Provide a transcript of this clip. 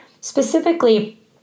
Specifically